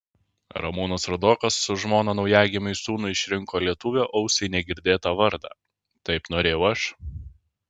ramūnas rudokas su žmona naujagimiui sūnui išrinko lietuvio ausiai negirdėtą vardą taip norėjau aš